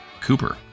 Cooper